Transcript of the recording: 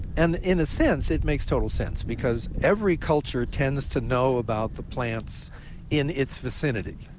and in a sense it makes total sense because every culture tends to know about the plants in its vicinity.